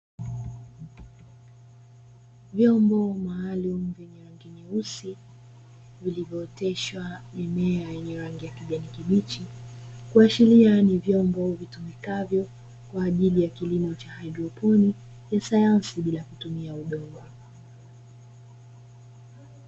Vyombo maalumu vyenye rangi nyeusi vilivyooteshwa mimea yenye rangi ya kijani kibichi, kuashiria ni vyombo vitumikavyo kwa ajili ya kilimo cha haidroponi cha sayansi bila kutumia udongo.